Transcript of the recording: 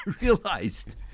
realized